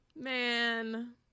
man